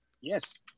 Yes